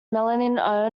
melanie